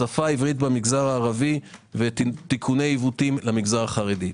שפה עברית במגזר הערבי ותיקוני עיוותים למגזר החרדי.